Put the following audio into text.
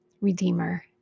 redeemer